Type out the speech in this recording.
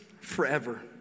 forever